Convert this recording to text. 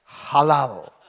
Halal